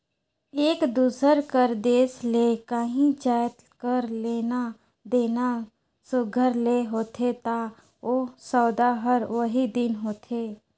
एक दूसर कर देस ले काहीं जाएत कर लेना देना सुग्घर ले होथे ता ओ सउदा हर ओही दिन होथे